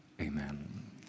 Amen